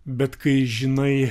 bet kai žinai